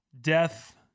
death